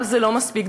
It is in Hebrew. אבל זה לא מספיק,